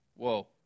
Whoa